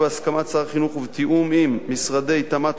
בהסכמת שר החינוך ובתיאום עם משרדי תמ"ת,